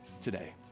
today